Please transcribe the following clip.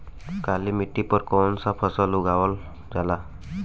काली मिट्टी पर कौन सा फ़सल उगावल जाला?